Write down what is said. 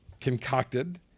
concocted